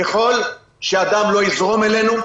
ככל שהדם לא יזרום אלינו,